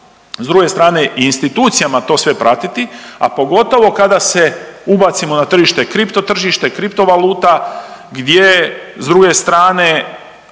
s druge strane i institucijama to sve pratiti, a pogotovo kada se ubacimo na tržište, kripto tržište, kripto valuta gdje s druge strane